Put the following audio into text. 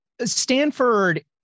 Stanford